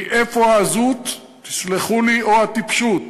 מאיפה העזות, סלחו לי, או הטיפשות?